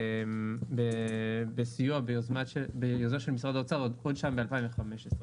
ביוזמה של משרד האוצר בתוכנית מ-2015.